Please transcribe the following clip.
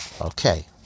Okay